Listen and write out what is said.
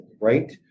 right